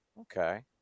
Okay